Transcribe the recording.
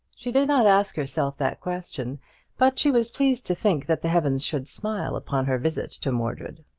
she did not ask herself that question but she was pleased to think that the heavens should smile upon her visit to mordred.